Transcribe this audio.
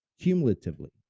cumulatively